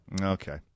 Okay